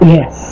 Yes